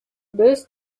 без